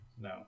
No